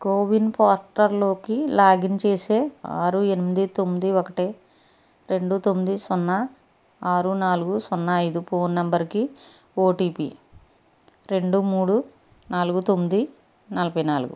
CoWIN పోర్టల్లోకి login చేసే ఆరు ఎనిమిది తొమ్మిది ఒకటి రెండు తొమ్మిది సున్నా ఆరు నాలుగు సున్నా ఐదు ఫోన్ నంబరుకి ఓటీపీ రెండు మూడు నాలుగు తొమ్మిది నలభైనాలుగు